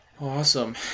awesome